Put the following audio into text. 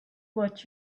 what